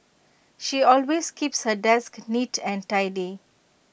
she always keeps her desk neat and tidy